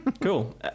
Cool